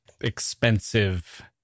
expensive